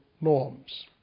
norms